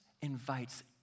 invites